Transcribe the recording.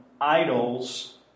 idols